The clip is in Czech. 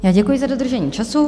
Já děkuji za dodržení času.